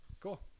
Cool